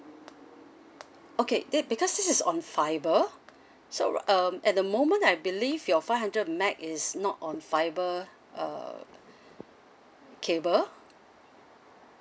okay that because this is on fibre so um at the moment I believe your five hundred M_B_P_S is not on fibre uh cable